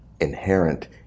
inherent